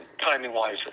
timing-wise